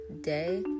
day